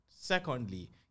secondly